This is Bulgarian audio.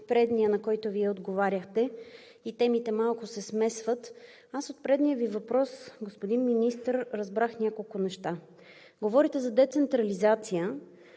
предния, на който Вие отговаряхте, темите малко се смесват. Аз от предния Ви въпрос, господин Министър, разбрах няколко неща. Говорите за децентрализация,